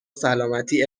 سلامتی